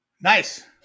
Nice